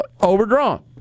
overdrawn